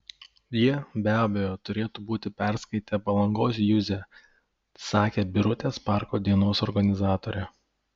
jie be abejo turėtų būti perskaitę palangos juzę sakė birutės parko dienos organizatorė